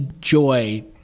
joy